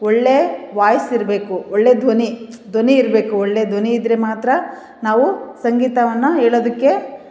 ಒಳ್ಳೇ ವಾಯ್ಸ್ ಇರಬೇಕು ಒಳ್ಳೆಯ ಧ್ವನಿ ಧ್ವನಿ ಇರಬೇಕು ಒಳ್ಳೆಯ ಧ್ವನಿ ಇದ್ದರೆ ಮಾತ್ರ ನಾವು ಸಂಗೀತವನ್ನು ಹೇಳೋದಕ್ಕೆ